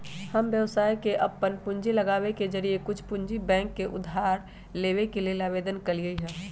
हम व्यवसाय में अप्पन पूंजी लगाबे के जौरेए कुछ पूंजी बैंक से उधार लेबे के लेल आवेदन कलियइ ह